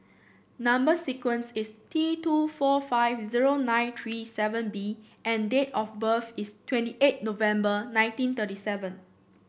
number sequence is T two four five zero nine three seven B and date of birth is twenty eight November nineteen thirty seven